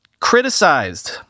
criticized